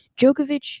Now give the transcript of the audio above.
Djokovic